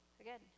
Again